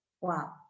Wow